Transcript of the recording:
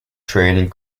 training